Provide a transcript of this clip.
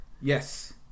Yes